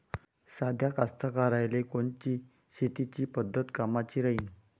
साध्या कास्तकाराइले कोनची शेतीची पद्धत कामाची राहीन?